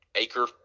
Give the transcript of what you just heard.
acre